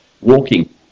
walking